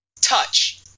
touch